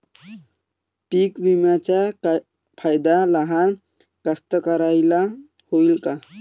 पीक विम्याचा फायदा लहान कास्तकाराइले होईन का?